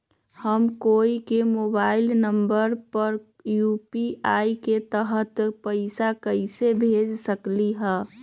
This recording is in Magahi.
हम कोई के मोबाइल नंबर पर यू.पी.आई के तहत पईसा कईसे भेज सकली ह?